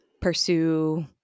pursue